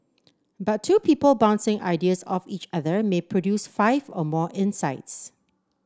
but two people bouncing ideas off each other may produce five or more insights